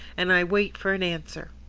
and i wait for an answer.